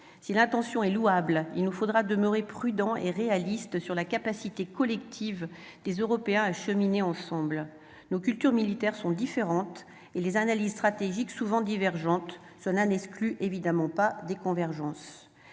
Si l'intention est louable, il nous faudra demeurer prudents et réalistes sur la capacité collective des Européens à cheminer ensemble. Nos cultures militaires sont différentes et les analyses stratégiques, souvent divergentes, ce qui n'exclut évidemment pas des convergences.